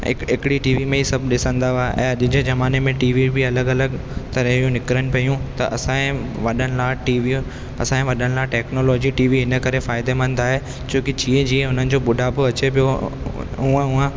हिक हिकिड़ी टीवी में ई सभु ॾिसंदा हुआ ऐं अॼु जे जमाने में टीवी बि अलॻि अलॻि तरह जो निकरन पियूं त असांजे वॾनि लाइ टीवीअ असांजे वॾनि लाइ टैक्नोलॉजी टीवी हिन करे फ़ाइदेमंद आहे छोकी जीअं जीअं उन्हनि जो बुडापो अचे पियो हूअं हूअं